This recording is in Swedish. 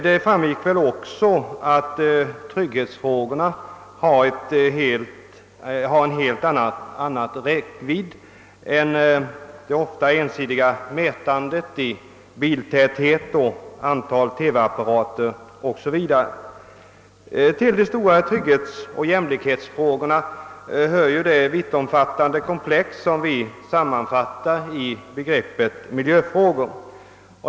Det framgick väl också att trygghetsfrågorna har en helt annan räckvidd än det ofta ensidiga mätandet i biltäthet, antal TV-apparater 0. s. Vv. Till de stora trygghetsoch jämlikhetsfrågorna hör det vittomfattande komplex som vi sammanfattar i begreppet miljöfrågor.